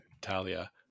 Talia